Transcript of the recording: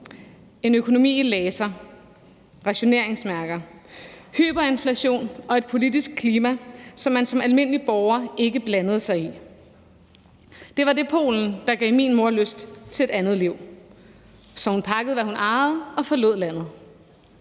en økonomi i laser, rationeringsmærker, hyperinflation og et politisk klima, som man som almindelig borger ikke blandede sig i. Det var det i Polen, der gav min mor lyst til et andet liv, så hun pakkede, hvad hun ejede, og forlod landet.